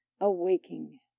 awaking